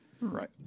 Right